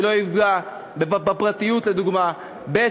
שלא יפגע בפרטיות לדוגמה, ב.